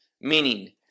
Meaning